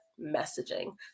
messaging